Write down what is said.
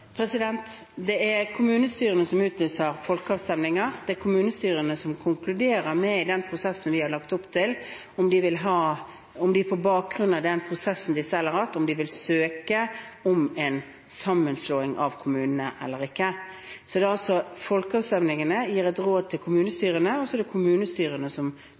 Det er kommunestyrene som utlyser folkeavstemninger, det er kommunestyrene som konkluderer i den prosessen vi har lagt opp til – om de på bakgrunn av den prosessen de selv har hatt, vil søke om en sammenslåing av kommunene eller ikke. Så folkeavstemningene gir et råd til kommunestyrene, og så er det kommunestyrene som